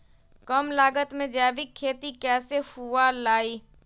कम लागत में जैविक खेती कैसे हुआ लाई?